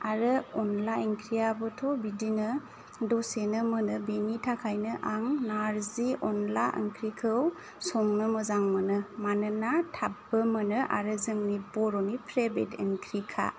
आरो अनला ओंख्रिआबोथ' बिदिनो दसेनो मोनो बिनि थाखायनो आं नारजि अनला ओंख्रिखौ संनो मोजां मोनो मानोना थाबबो मोनो जोंनि बर'नि फेब्रेट ओंख्रिखा